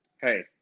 Hey